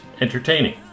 entertaining